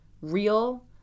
real